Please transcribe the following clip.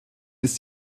ist